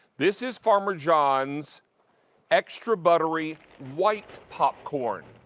this is farmer john extra buttery white popcorn.